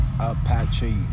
Apache